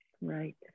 right